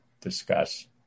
discuss